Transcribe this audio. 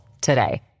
today